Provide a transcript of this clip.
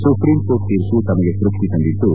supreme court ತೀರ್ಮ ತಮಗೆ ತೃಪ್ತಿ ತಂದಿದ್ದು